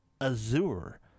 Azure